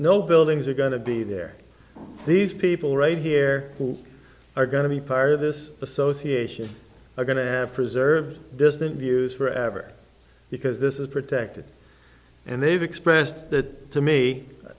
no buildings are going to be there these people right here who are going to be part of this association are going to have preserved distant views forever because this is protected and they've expressed that to me a